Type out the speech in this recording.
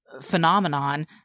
phenomenon